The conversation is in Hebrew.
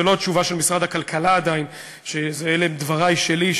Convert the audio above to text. זאת עדיין לא התשובה של משרד הכלכלה אלא אלה דברי שלי,